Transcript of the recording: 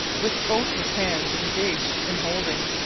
with both his hands engaged in holding.